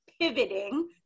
pivoting